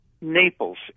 Naples